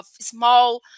small